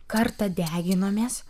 kartą deginomės